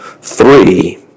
Three